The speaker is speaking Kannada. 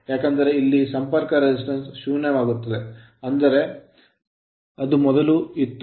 ಏಕೆಂದರೆ ಇಲ್ಲಿ ಸಂಪರ್ಕ resistance ಪ್ರತಿರೋಧವು ಶೂನ್ಯವಾಗುತ್ತದೆ ಆದರೆ ಅದು ಮೊದಲು ಇತ್ತು